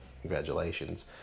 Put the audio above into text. congratulations